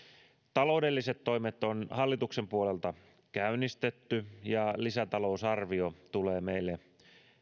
taloudelliset toimet on hallituksen puolelta käynnistetty ja lisätalousarvio tulee meille